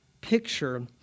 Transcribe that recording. picture